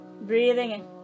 Breathing